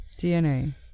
DNA